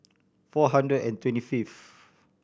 four hundred and twenty fifth